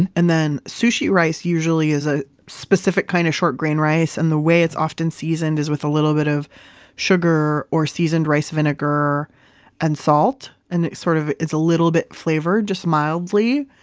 and and then sushi rice usually is a specific kind of short grain rice. and the way it's often seasoned is with a little bit of sugar or seasoned rice vinegar and salt, and it sort of is a little bit flavored, just mildly.